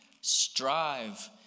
strive